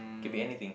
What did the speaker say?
could be anything